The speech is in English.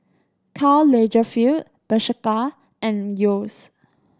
Karl Lagerfeld Bershka and Yeo's